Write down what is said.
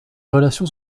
relations